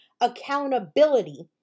accountability